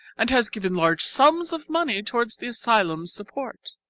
and has given large sums of money towards the asylum's support.